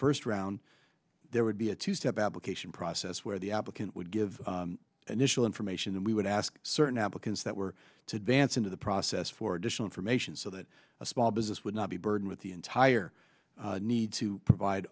first round there would be a two step application process where the applicant would give an issue information and we would ask certain applicants that were to dance into the process for additional information so that a small business would not be burdened with the entire need to provide